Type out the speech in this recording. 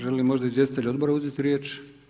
Žele li možda izvjestitelji odbora uzeti riječ?